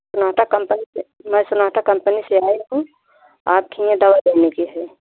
Sonata company से मैं Sonata company से आई हूँ आपके यहाँ दवाइ लेने की है